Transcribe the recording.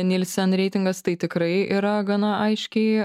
nielsen reitingas tai tikrai yra gana aiškiai